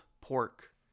pork